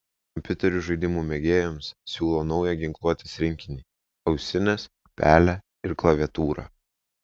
kompiuterių žaidimų mėgėjams siūlo naują ginkluotės rinkinį ausines pelę ir klaviatūrą